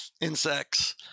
insects